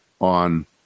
on